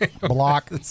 block